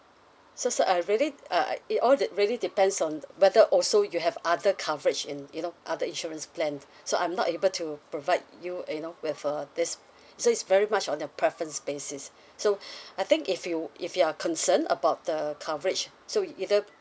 so sir I really uh it all de~ really depends on whether also you have other coverage in you know other insurance plan so I'm not able to provide you you know with uh this so it's very much on your preference basis so I think if you if you are concerned about the coverage so either